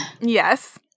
yes